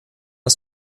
als